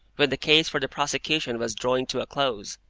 when the case for the prosecution was drawing to a close,